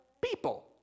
people